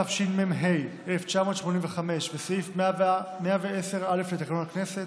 התשמ"ה 1985, וסעיף 110(א) לתקנון הכנסת,